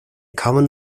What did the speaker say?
common